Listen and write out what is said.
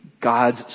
God's